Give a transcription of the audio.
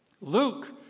Luke